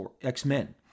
X-Men